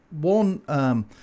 one